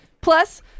Plus